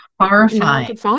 horrifying